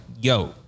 yo